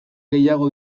gehiago